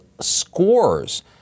scores